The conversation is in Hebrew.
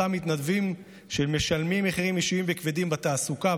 אותם מתנדבים שמשלמים מחירים אישיים וכבדים בתעסוקה,